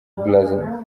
brazza